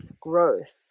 growth